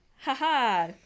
Haha